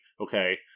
okay